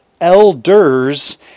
elders